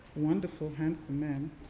wonderful, handsome men.